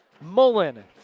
Mullen